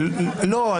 לא.